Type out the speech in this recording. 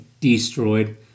destroyed